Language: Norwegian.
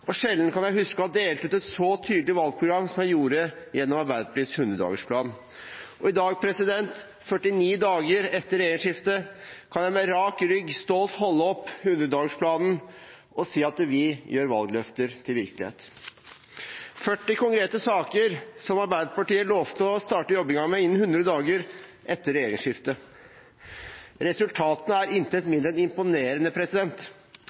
og sjelden kan jeg huske å ha delt ut et så tydelig valgprogram som jeg gjorde – Arbeiderpartiets 100-dagersplan. Og i dag, 49 dager etter regjeringsskiftet, kan jeg med rak rygg stolt holde opp 100-dagersplanen og si at vi gjør valgløfter til virkelighet – 40 konkrete saker som Arbeiderpartiet lovte å starte jobbingen med innen 100 dager etter regjeringsskiftet. Resultatene er intet